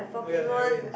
oh ya there is